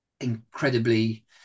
incredibly